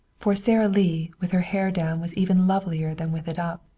for sara lee with her hair down was even lovelier than with it up.